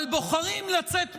אבל בוחרים לצאת מהמליאה.